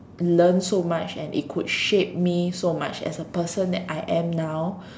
learn so much and it could shape me so much as a person that I am now